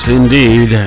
indeed